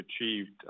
achieved